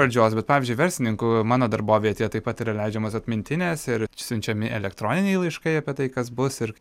valdžios bet pavyzdžiui verslininkų mano darbovietėje taip pat yra leidžiamos atmintinės ir siunčiami elektroniniai laiškai apie tai kas bus ir